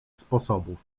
sposobów